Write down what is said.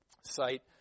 site